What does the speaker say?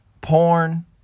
Porn